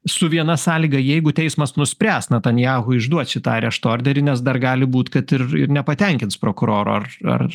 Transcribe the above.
su viena sąlyga jeigu teismas nuspręs netanyahu išduot šitą arešto orderį nes dar gali būt kad ir ir nepatenkins prokuroro ar ar